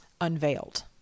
unveiled